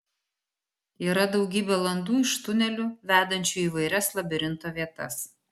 yra daugybė landų iš tunelių vedančių į įvairias labirinto vietas